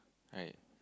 right